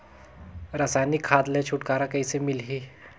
रसायनिक खाद ले छुटकारा कइसे मिलही?